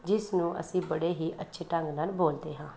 ਜਿਸ ਨੂੰ ਅਸੀਂ ਬੜੇ ਹੀ ਅੱਛੇ ਢੰਗ ਨਾਲ ਬੋਲਦੇ ਹਾਂ